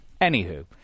Anywho